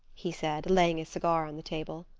he said, laying a cigar on the table.